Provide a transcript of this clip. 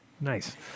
Nice